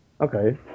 Okay